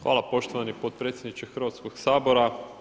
Hvala poštovano potpredsjedniče Hrvatskog sabora.